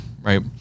right